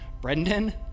Brendan